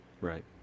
Right